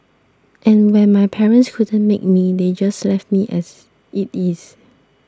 and when my parents couldn't make me they just left me as it is